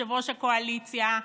יושב-ראש הקואליציה,